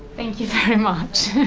thank you very much.